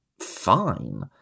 fine